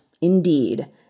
indeed